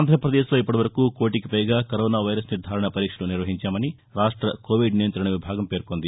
ఆంధ్రాపదేశ్లో ఇప్పటి వరకు కోలికి పైగా కరోనా వైరస్ నిర్ణారణా పరీక్షలు నిర్వహించామని రాష్ట్ర కోవిడ్ నియంతణ విభాగం పేర్కొంది